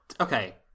okay